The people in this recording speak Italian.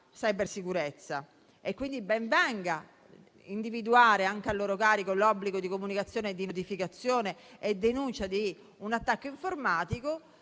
cybersicurezza, individuare, anche a loro carico, l'obbligo di comunicazione, di notificazione e denuncia di un attacco informatico